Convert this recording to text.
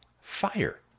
Fire